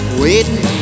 waiting